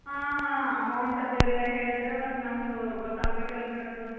ಹಾಂ ಹಾಂ ಅಮೌಂಟ್ ಅದು ಎಲ್ಲ ಹೇಳಿದ್ರೆ ಮತ್ತು ನಮ್ಗೆ ಗೊತ್ತಾಗ ಬೇಕಲ್ಲ ರೀ ಮತ್ತು